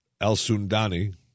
Al-Sundani